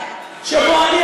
שבו אני,